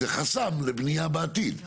זה חסם לבנייה בעתיד.